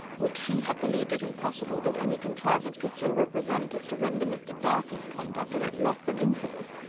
which she had believed it impossible that any contrivance could so represent as to render mr. darcy's conduct in it less than infamous,